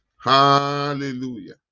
Hallelujah